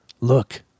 look